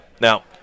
Now –